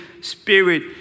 Spirit